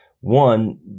One